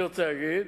אני רוצה להגיד